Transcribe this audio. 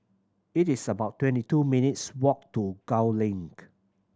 it is about twenty two minutes' walk to Gul Link